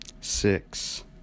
six